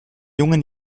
jungen